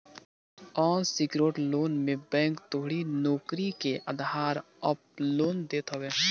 unsecured loan मे bank तोहरी नोकरी के आधार पअ लोन देत हवे